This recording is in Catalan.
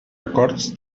acords